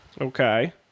Okay